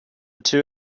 two